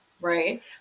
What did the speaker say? right